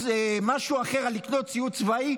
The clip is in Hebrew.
משהו אחר על לקנות ציוד צבאי,